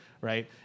right